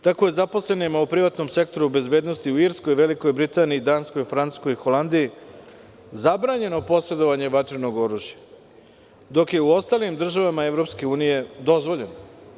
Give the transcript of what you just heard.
Tako je zaposlenima u privatnom sektoru bezbednosti u Irskoj, Velikoj Britaniji, Danskoj, Francuskoj i Holandiji zabranjeno posedovanje vatrenog oružja, dok je u ostalim državama EU dozvoljeno.